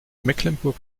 mecklenburg